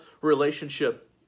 relationship